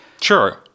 Sure